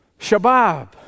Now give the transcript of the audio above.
Shabab